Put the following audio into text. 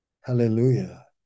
Hallelujah